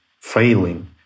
failing